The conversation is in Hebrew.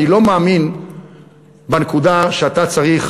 אני לא מאמין בנקודה שאתה צריך